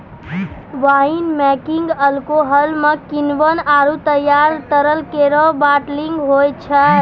wine making alcohol म किण्वन आरु तैयार तरल केरो बाटलिंग होय छै